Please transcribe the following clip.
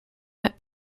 met